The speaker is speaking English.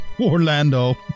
Orlando